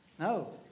No